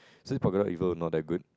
so the Pagoda evil not that good